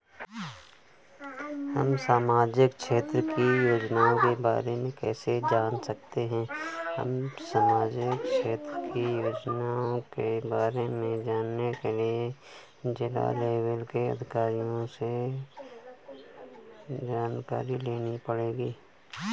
हम सामाजिक क्षेत्र की योजनाओं के बारे में कैसे जान सकते हैं?